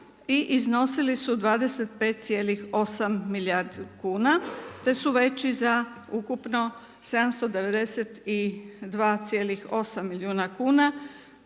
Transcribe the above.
i iznosili su 25,8 milijardi kuna te su veći za ukupno 792,8 milijuna kuna,